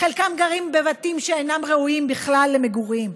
חלקם גרים בבתים שאינם ראויים בכלל למגורים,